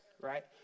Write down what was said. right